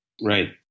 Right